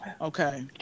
okay